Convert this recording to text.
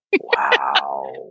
Wow